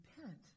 Repent